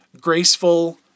graceful